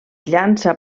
llança